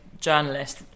journalist